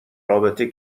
رابطه